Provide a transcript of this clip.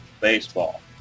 Baseball